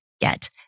Get